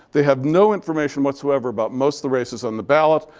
they have no information whatsoever about most of the races on the ballot.